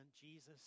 Jesus